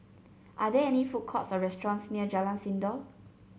are there food courts or restaurants near Jalan Sindor